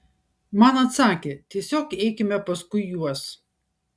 man atsakė tiesiog eikime paskui juos